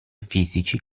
fisici